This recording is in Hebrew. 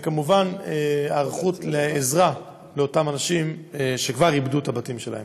וכמובן ההיערכות לעזרה לאותם אנשים שכבר איבדו את הבתים שלהם.